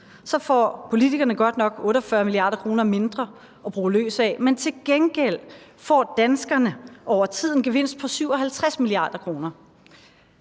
får politikerne godt nok 48 mia. kr. mindre at bruge løs af, men til gengæld får danskerne over tid en gevinst på 57 mia. kr.